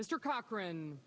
mr cochran